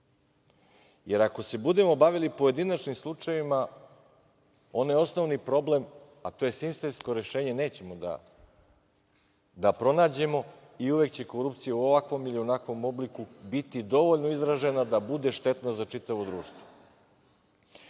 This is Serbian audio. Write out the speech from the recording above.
Ako se budemo bavili pojedinačnim slučajevima, onaj osnovni problem, a to je sistemsko rešenje, nećemo da pronađemo i uvek će korupcija u ovakvom ili onakvom obliku biti dovoljno izražena da bude štetna za čitavo društvo. Čuo